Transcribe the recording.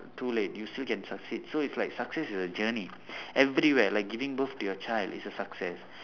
too late you still can succeed so it's like success is a journey everywhere like giving birth to your child it's a success